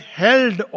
held